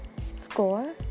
score